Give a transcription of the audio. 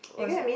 was it